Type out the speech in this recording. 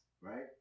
right